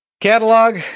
Catalog